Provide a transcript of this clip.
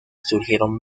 surgieron